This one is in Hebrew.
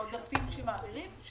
העודפים שמעבירים,